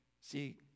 see